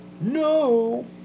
No